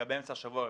לגבי אמצע השבוע,